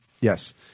Yes